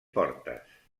portes